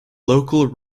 local